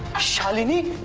shalini